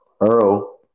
Earl